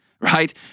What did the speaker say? Right